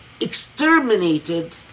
exterminated